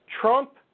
Trump